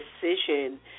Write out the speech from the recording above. decision